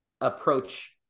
approach